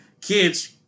kids